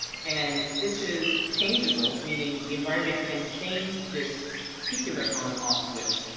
and this is changeable, meaning the environment can change this particular on off switch.